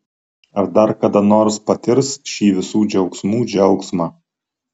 ar dar kada nors patirs šį visų džiaugsmų džiaugsmą